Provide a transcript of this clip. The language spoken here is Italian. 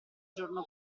giorno